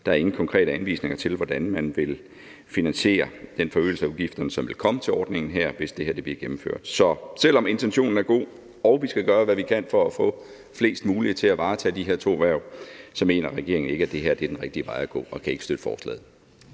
Der er ingen konkret anvisning på, hvordan man vil finansiere den forøgelse af udgifterne, som der vil komme, til den her ordning, hvis den bliver gennemført. Så selv om intentionen er god og vi skal gøre, hvad vi kan, for at få flest mulige til at varetage de to hverv, mener regeringen ikke, at det her er den rigtige vej at gå, og kan ikke støtte forslaget.